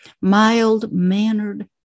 mild-mannered